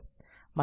મને આ કરવા દો